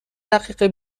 دقیقه